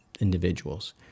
individuals